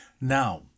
Now